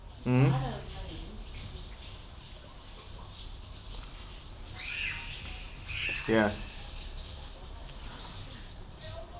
mm ya